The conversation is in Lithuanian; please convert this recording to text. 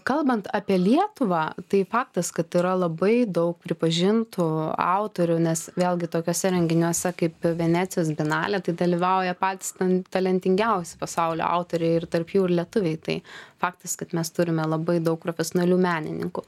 kalbant apie lietuvą tai faktas kad yra labai daug pripažintų autorių nes vėlgi tokiuose renginiuose kaip venecijos bienalė tai dalyvauja patys ten talentingiausi pasaulio autoriai ir tarp jų ir lietuviai tai faktas kad mes turime labai daug profesionalių menininkų